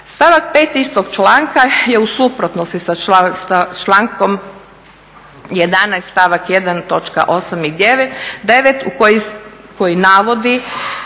Stavak 5 istog članka je u suprotnosti sa člankom 11., stavak 1, točka 8 i 9 koji navodi